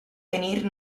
tenir